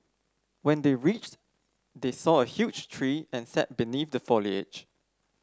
when they reached they saw a huge tree and sat beneath the foliage